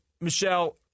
Michelle